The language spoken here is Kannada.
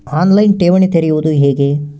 ಆನ್ ಲೈನ್ ಠೇವಣಿ ತೆರೆಯುವುದು ಹೇಗೆ?